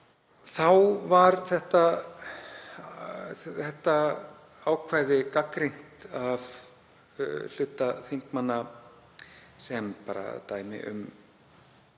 Þá var þetta ákvæði gagnrýnt af hluta þingmanna sem dæmi um